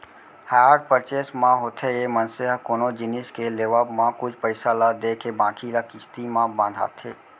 hire purchase म होथे ये मनसे ह कोनो जिनिस के लेवब म कुछ पइसा ल देके बाकी ल किस्ती म बंधाथे